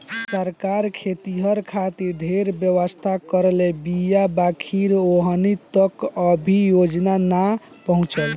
सरकार खेतिहर खातिर ढेरे व्यवस्था करले बीया बाकिर ओहनि तक अभी योजना ना पहुचल